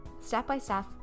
step-by-step